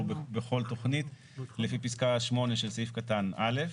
בכל תכנית לפי פסקה (8) של סעיף (א),